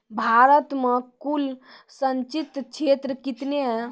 भारत मे कुल संचित क्षेत्र कितने हैं?